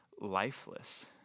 lifeless